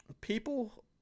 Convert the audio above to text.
people